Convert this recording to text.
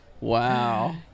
Wow